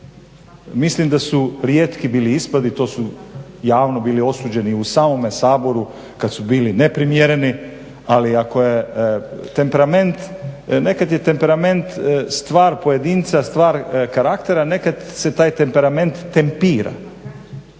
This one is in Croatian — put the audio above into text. Mislim da su rijetki bili ispadi i to su javno bili osuđeni u samome Saboru kada su bili neprimjereni, ali ako je temperament nekad je temperament stvar pojedinca, stvar karaktera, a nekad se taj temperament tempira